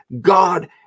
God